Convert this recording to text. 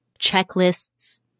checklists